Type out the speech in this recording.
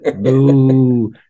Boo